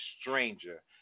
stranger